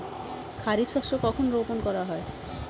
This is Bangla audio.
খারিফ শস্য কখন রোপন করা হয়?